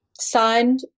signed